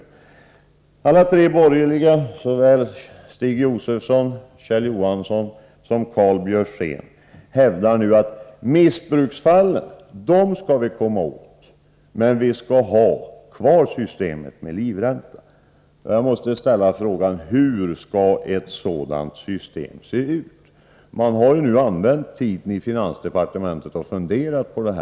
43 Alla tre borgerliga representanter, såväl Stig Josefson och Kjell Johansson som Karl Björzén, hävdade att det är missbruksfallen som vi måste komma åt men att vi skall ha kvar systemet med livränta. Jag måste ställa frågan: Hur skall ett sådant system se ut? Man har nu använt tid i finansdepartementet och funderat på detta.